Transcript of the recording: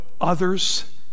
others